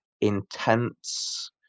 intense